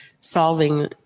solving